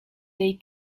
they